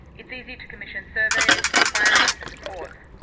it's easy to commission surveys, inquiries and reports.